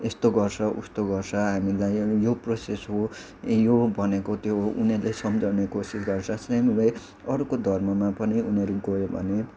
यस्तो गर्छ उस्तो गर्छ हामीलाई यो प्रोसेस हो यो भनेको त्यो हो उनीहरूले सम्झाउने कोसिस गर्छ सेम वे अरूको धर्ममा पनि उनीहरू गयो भने